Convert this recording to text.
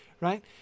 right